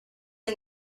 and